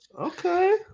Okay